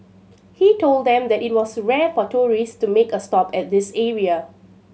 he told them that it was rare for tourists to make a stop at this area